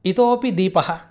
इतोऽपि दीपः